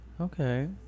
okay